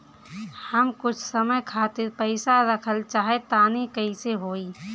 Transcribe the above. हम कुछ समय खातिर पईसा रखल चाह तानि कइसे होई?